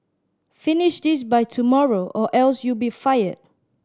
finish this by tomorrow or else you'll be fired